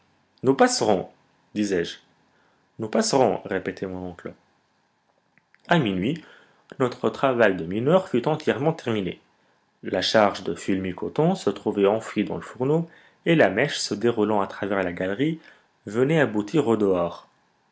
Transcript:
nous passerons disais-je nous passerons répétait mon oncle à minuit notre travail de mineurs fut entièrement terminé la charge de fulmi coton se trouvait enfouie dans le fourneau et la mèche se déroulant à travers la galerie venait aboutir au dehors